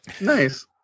Nice